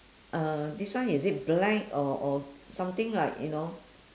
uh this one is it black or or something like you know